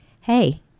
Hey